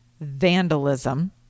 vandalism